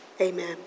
Amen